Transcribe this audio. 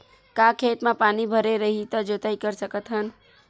का खेत म पानी भरे रही त जोताई कर सकत हन?